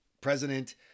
president